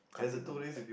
Khatib ah